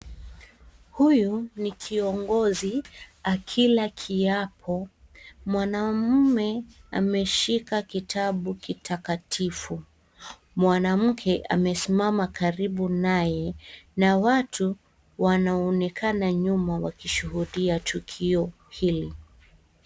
Huyu ni kiongozi akila kiapo. Mwanaume ameshika kitabu kitakatifu. Mwanamke amesimama karibu naye na watu wanaoonekana nyuma wakishuhudia tukio hili.